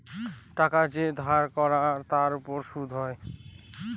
টাকা যে ধার করায় তার উপর সুদ হয়